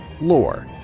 lore